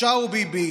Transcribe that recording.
צ'או, ביבי,